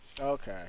Okay